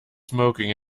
smoking